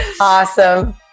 Awesome